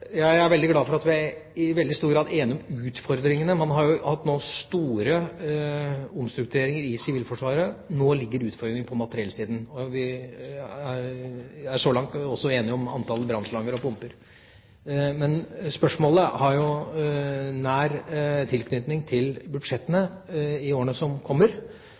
Jeg er veldig glad for at vi i veldig stor grad er enige om utfordringene. Man har nå hatt store omstruktureringer i Sivilforsvaret. Nå ligger utfordringene på materiellsiden. Vi eg er så langt også enige om antallet brannslanger og pumper. Spørsmålet har nær tilknytning til budsjettene i årene som kommer,